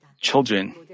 children